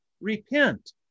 repent